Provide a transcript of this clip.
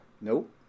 Nope